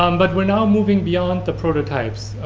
um but we're now moving beyond the prototypes.